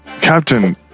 Captain